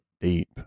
deep